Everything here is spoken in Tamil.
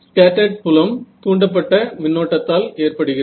ஸ்கேட்டர்ட் தூண்டப்பட்ட மின்னோட்டத்தால் ஏற்படுகிறது